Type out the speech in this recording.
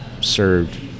served